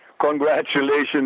congratulations